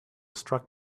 struck